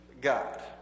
God